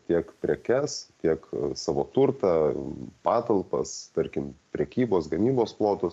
tiek prekes tiek savo turtą patalpas tarkim prekybos gamybos plotus